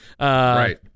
Right